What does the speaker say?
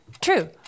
True